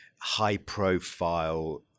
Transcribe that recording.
high-profile